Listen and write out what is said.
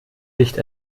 licht